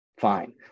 Fine